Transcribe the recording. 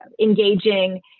engaging